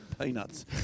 Peanuts